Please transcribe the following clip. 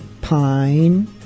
pine